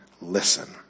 listen